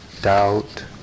doubt